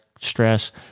stress